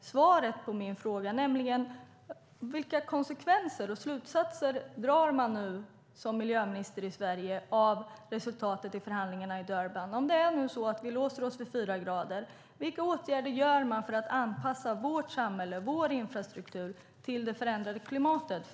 svaret på min fråga, nämligen denna: Vilka konsekvenser och slutsatser drar man som miljöminister i Sverige av resultatet av förhandlingarna i Durban? Om vi nu låser oss vid 4 grader - vilka åtgärder vidtar man då för att anpassa vårt samhälle och vår infrastruktur till det förändrade klimatet?